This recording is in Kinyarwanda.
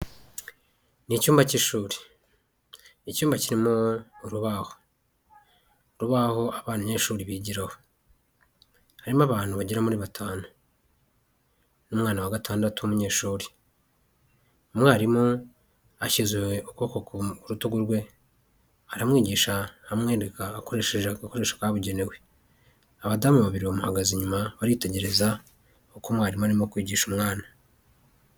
Ni icyumba cy'ishuri, icyumba kirimo urubaho, urubaho abanyeshuri bigira harimo abantu bagera kuri batanu n'umwana wa gatandatu w'umunyeshuri, umwarimu ashyize ukuboko Ku rutugu rwe aramwigisha amwereka akoresheje agakoresho kabugenewe, abadamu babiri bamuhagaze inyuma baritegereza uko umwarimu arimo kwigisha umwana.